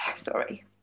sorry